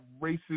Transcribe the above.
racist